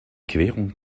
querung